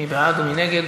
מי בעד ומי נגד?